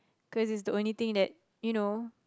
cause it's the only thing that you know